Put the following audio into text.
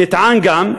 נטען גם: